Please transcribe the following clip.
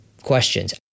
questions